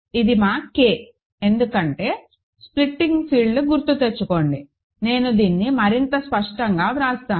ఇది మా K ఎందుకంటే స్ప్లిట్టింగ్ ఫీల్డ్ గుర్తుతెచ్చుకోండి నేను దీన్ని మరింత స్పష్టంగా వ్రాస్తాను